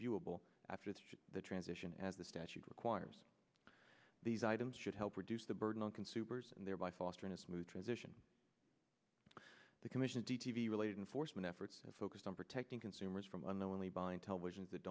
viewable after the transition as the statute requires these items should help reduce the burden on consumers and thereby fostering a smooth transition to the commission d t v related and forstmann efforts focused on protecting consumers from unknowingly buying televisions that